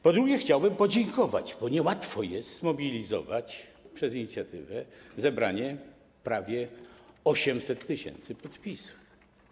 Po drugie, chciałbym podziękować, bo niełatwo jest zmobilizować przez inicjatywę i zebrać prawie 800 tys. podpisów.